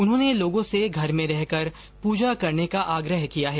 उन्होंने लोगों से घर में रहकर पूजा करने का आग्रह किया है